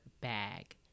bag